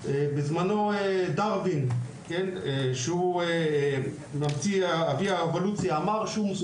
דארווין שהוא אבי האבולוציה אמר שהוא מסוגל להתרכז שעתיים ביום.